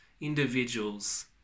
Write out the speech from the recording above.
individuals